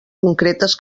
concretes